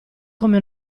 come